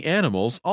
animals